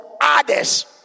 others